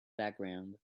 background